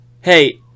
Hey